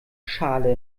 schale